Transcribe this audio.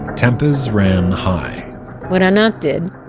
ah tempers ran high what anat did,